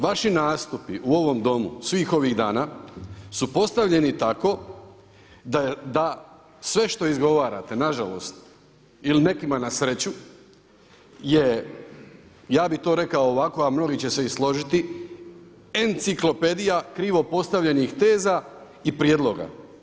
Vaši nastupi u ovom domu svih ovih dana su postavljeni tako da sve što izgovarate nažalost ili nekim na sreću je ja bi to rekao ovako a mnogi će se i složiti enciklopedija krivo postavljenih teza i prijedloga.